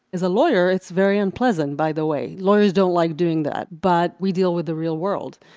as a lawyer, it's very unpleasant, by the way lawyers don't like doing that. but we deal with the real world,